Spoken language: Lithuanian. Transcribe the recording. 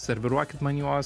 serviruokit man juos